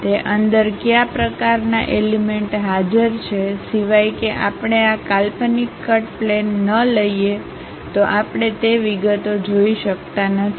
તે અંદર કયા પ્રકારનાં એલિમેન્ટ હાજર છે સિવાય કે આપણે આ કાલ્પનિક કટ પ્લેન ન લઈએ તો આપણે તે વિગતો જોઈ શકતા નથી